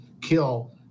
kill